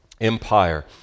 Empire